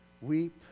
Weep